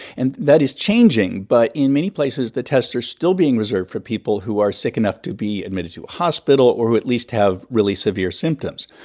and that is changing. but in many places, the tests are still being reserved for people who are sick enough to be admitted to a hospital or at least have really severe symptoms.